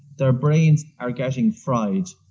their brains are getting fried.